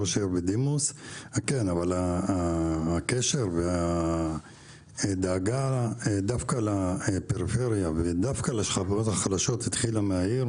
אבל הקשר והדאגה דווקא לפריפריה ודווקא לחברות החלשות התחילה מהעיר,